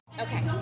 Okay